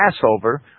Passover